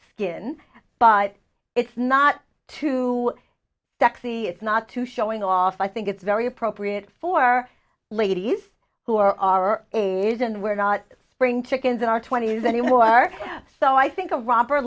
skin but it's not too sexy it's not to showing off i think it's very appropriate for ladies who are are is and we're not spring chickens in our twenty's anymore so i think a romper